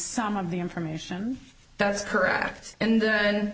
some of the information that's correct and then